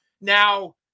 Now